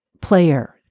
player